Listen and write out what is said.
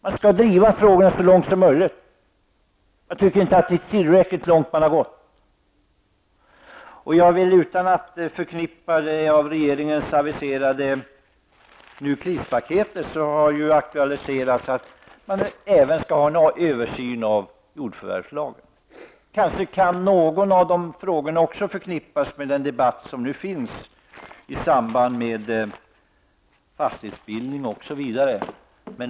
Man skall driva frågan så långt som möjligt; man tycker att regeringen inte har gått tillräckligt långt. Utan att det förknippas det med regeringens nu aviserade krispaket har man aktualiserat en översyn av jordförvärvslagen. Kanske kan någon av frågorna förknippas med den debatt som nu finns i samband med fastighetsbildning osv.